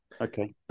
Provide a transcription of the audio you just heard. Okay